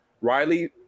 Riley